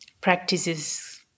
practices